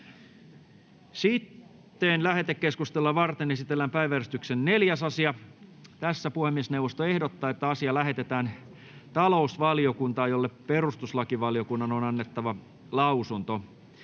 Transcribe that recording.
Content: Lähetekeskustelua varten esitellään päiväjärjestyksen 4. asia. Puhemiesneuvosto ehdottaa, että asia lähetetään talousvaliokuntaan, jolle perustuslakivaliokunnan on annettava lausunto.